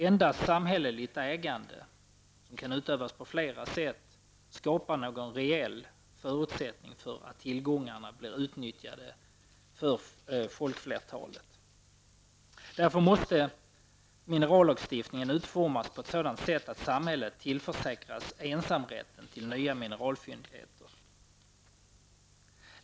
Endast samhälleligt ägande, som kan utövas på flera sätt, skapar någon reell förutsättning för att tillgångarna blir till nytta för folkflertalet. Därför bör minerallagstiftningen utformas på ett sådant sätt att samhället tillförsäkras ensamrätten till nya mineralfyndigheter.